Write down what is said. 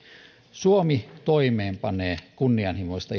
suomi toimeenpanee kunnianhimoista